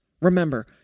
Remember